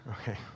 Okay